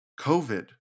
COVID